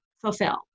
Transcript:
fulfill